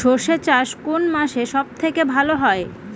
সর্ষে চাষ কোন মাসে সব থেকে ভালো হয়?